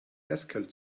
haskell